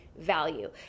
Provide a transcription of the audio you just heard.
value